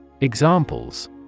Examples